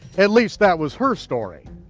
at least, that was her story.